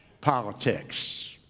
politics